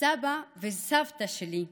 סבא וסבתא שלי,